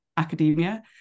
academia